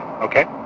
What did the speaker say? Okay